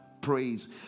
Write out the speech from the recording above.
Praise